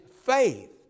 faith